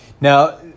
Now